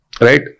Right